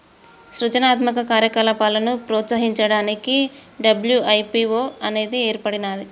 సృజనాత్మక కార్యకలాపాలను ప్రోత్సహించడానికి డబ్ల్యూ.ఐ.పీ.వో అనేది ఏర్పడినాది